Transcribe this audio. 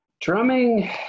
Drumming